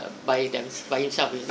by them by himself you see